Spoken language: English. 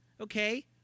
okay